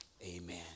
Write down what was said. Amen